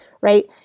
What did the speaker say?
right